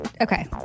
Okay